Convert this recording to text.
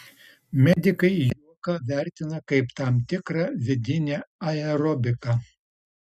medikai juoką vertina kaip tam tikrą vidinę aerobiką